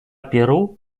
перу